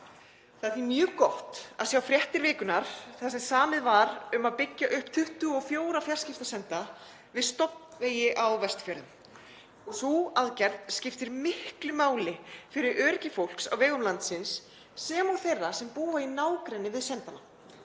Það var því mjög gott að sjá fréttir vikunnar þar sem samið var um að byggja upp 24 fjarskiptasenda við stofnvegi á Vestfjörðum. Sú aðgerð skiptir miklu máli fyrir öryggi fólks á vegum landsins sem og þeirra sem búa í nágrenni við sendana.